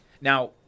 Now